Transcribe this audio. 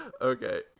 Okay